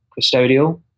custodial